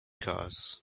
cars